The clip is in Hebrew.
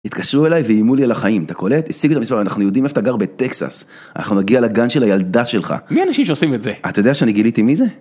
התקשרו אליי ואימו לי על החיים, אתה קולט? השיג לי את המספר, אנחנו יודעים איפה אתה גר בטקסס. אנחנו נגיע לגן של הילדה שלך. מי האנשים שעושים את זה? אתה יודע שאני גיליתי מי זה?